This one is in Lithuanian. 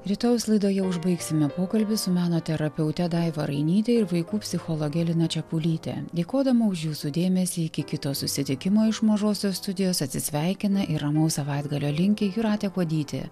rytojaus laidoje užbaigsime pokalbį su meno terapeute daiva rainyte ir vaikų psichologe lina čepulyte dėkodama už jūsų dėmesį iki kito susitikimo iš mažosios studijos atsisveikina ir ramaus savaitgalio linki jūratė kuodytė